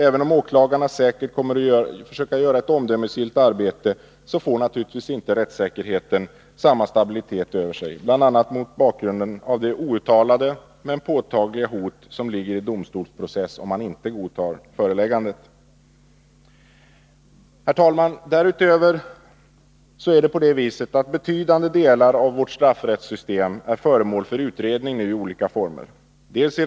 Även om åklagarna säkert kommer att försöka göra ett omdömesgillt arbete, får rättssäkerheten naturligtvis inte samma stabilitet över sig, bl.a. mot bakgrund av det outtalade men påtagliga hot som ligger i domstolsprocess, om man inte godtar föreläggandet. Herr talman! Därutöver är det på det viset att betydande delar av vårt straffrättssystem är föremål för utredning i olika former.